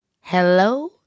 hello